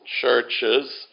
churches